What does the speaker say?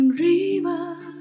river